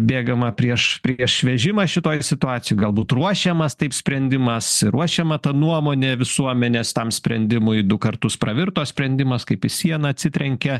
bėgama prieš prieš vežimą šitoj situacijoj galbūt ruošiamas taip sprendimas ruošiama ta nuomonė visuomenės tam sprendimui du kartus pravirto sprendimas kaip į sieną atsitrenkia